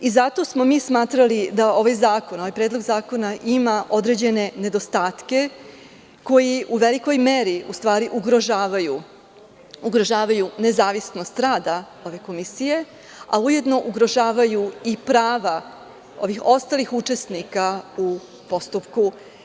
Zato smo mi smatrali da ovaj predlog zakona ima određene nedostatke, koji u velikoj meri ugrožavaju nezavisnost rada ove komisije, a ujedno ugrožavaju i prava ovih ostalih učesnika u postupku.